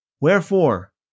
Wherefore